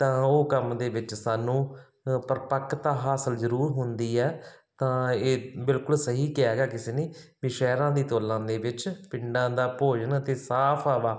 ਤਾਂ ਉਹ ਕੰਮ ਦੇ ਵਿੱਚ ਸਾਨੂੰ ਪਰਪੱਕਤਾ ਹਾਸਿਲ ਜ਼ਰੂਰ ਹੁੰਦੀ ਹੈ ਤਾਂ ਇਹ ਬਿਲਕੁਲ ਸਹੀ ਕਿਹਾ ਹੈਗਾ ਕਿਸੇ ਨੇ ਵੀ ਸ਼ਹਿਰਾਂ ਦੀ ਤੁਲਨਾ ਦੇ ਵਿੱਚ ਪਿੰਡਾਂ ਦਾ ਭੋਜਨ ਅਤੇ ਸਾਫ ਹਵਾ